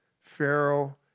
Pharaoh